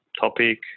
Topic